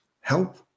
help